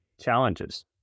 challenges